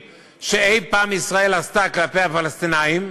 שאי-פעם ישראל עשתה כלפי הפלסטינים,